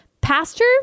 Pastor